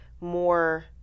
more